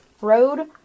Road